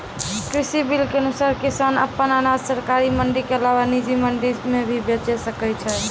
कृषि बिल के अनुसार किसान अप्पन अनाज सरकारी मंडी के अलावा निजी मंडी मे भी बेचि सकै छै